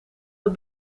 het